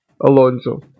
Alonso